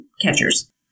catchers